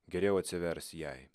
geriau atsivers jai